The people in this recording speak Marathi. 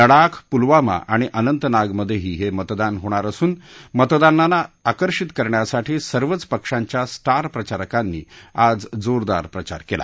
लडाख पुलवामा आणि अनंतनागमध्येही हे मतदान होणार असून मतदारांना आकर्षित करण्यासाठी सर्वच पक्षांच्या स्टार प्रचारकांनी आज जोरदार प्रचार केला